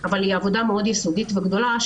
אבל היא עבודה מאוד יסודית וגדולה,